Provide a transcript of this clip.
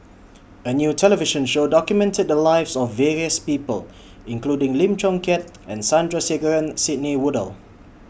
A New television Show documented The Lives of various People including Lim Chong Keat and Sandrasegaran Sidney Woodhull